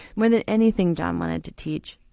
more than anything john wanted to teach,